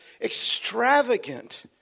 extravagant